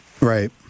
Right